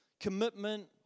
Commitment